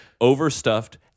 overstuffed